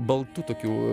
baltu tokiu